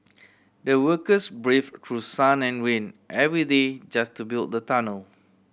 the workers brave through sun and rain every day just to build the tunnel